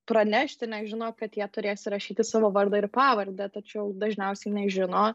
pranešti nes žino kad jie turės įrašyti savo vardą ir pavardę tačiau dažniausiai nežino